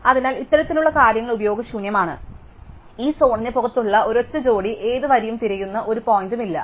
അതിനാൽ ഇത്തരത്തിലുള്ള കാര്യങ്ങൾ ഉപയോഗശൂന്യമാണ് ഈ സോണിന് പുറത്തുള്ള ഒരൊറ്റ ജോഡി ഏത് വരിയും തിരയുന്ന ഒരു പോയിന്ററും ഇല്ല